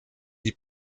die